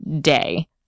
day